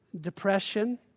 depression